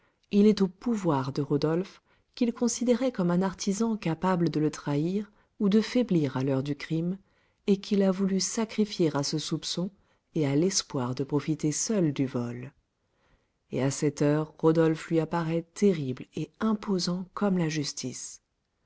il est au pouvoir de rodolphe qu'il considérait comme un artisan capable de le trahir ou de faiblir à l'heure du crime et qu'il a voulu sacrifier à ce soupçon et à l'espoir de profiter seul du vol et à cette heure rodolphe lui apparaît terrible et imposant comme la justice